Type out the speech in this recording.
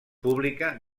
pública